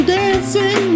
dancing